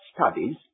studies